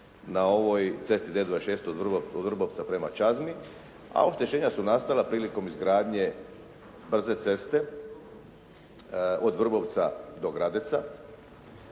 na ovoj cesti D 26 od Vrbovca prema Čazmi, a oštećenja su nastala prilikom izgradnje brze ceste od Vrbovca do Gradeca